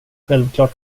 självklart